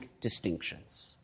distinctions